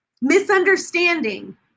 misunderstanding